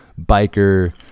Biker